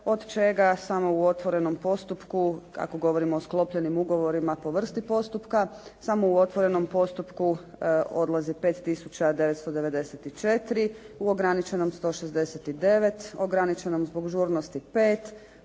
od čega samo u otvorenom postupku kako govorimo o sklopljenim ugovorima po vrsti postupka samo u otvorenom postupku odlazi 5994, u ograničenom 169, ograničenom zbog žurnosti 5,